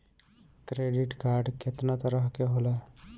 Credit card कितना तरह के होला?